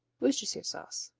worcestershire sauce.